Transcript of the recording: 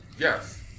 Yes